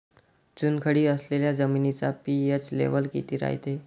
चुनखडी असलेल्या जमिनीचा पी.एच लेव्हल किती रायते?